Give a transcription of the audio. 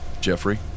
Jeffrey